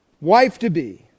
wife-to-be